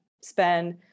spend